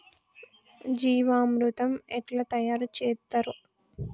జీవామృతం ఎట్లా తయారు చేత్తరు?